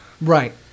Right